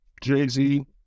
Jay-Z